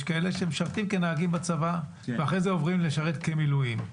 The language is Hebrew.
יש כאלה שמשרתים כנהגים בצבא ואחרי זה עוברים לשרת כמילואים.